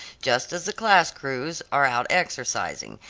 just as the class crews are out exercising,